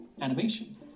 animation